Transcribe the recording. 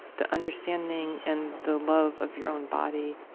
the understanding and the love of your own body,